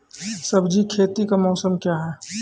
सब्जी खेती का मौसम क्या हैं?